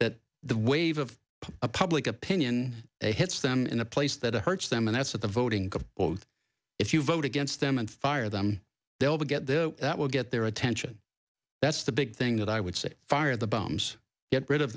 that the wave of public opinion hits them in a place that hurts them and that's what the voting if you vote against them and fire them they'll get there that will get their attention that's the big thing that i would say fire the bums get rid of